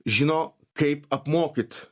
žino kaip apmokyt